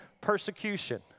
persecution